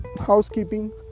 housekeeping